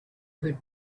could